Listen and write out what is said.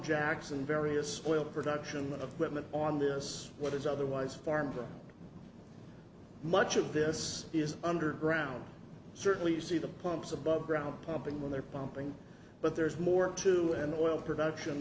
jackson various oil production of women on this what is otherwise farm much of this is underground certainly see the pumps above ground pumping when they're pumping but there's more to an oil production